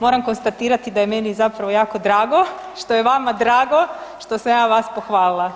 Moram konstatirati da je meni zapravo jako drago što je vama drago što sam ja vas pohvalila.